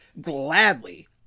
gladly